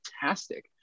fantastic